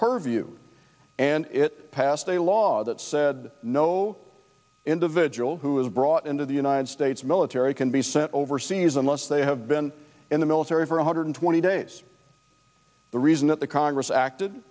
purview and it passed a law that said no individual who is brought into the united states military can be sent overseas unless they have been in the military for one hundred twenty days the reason that the congress acted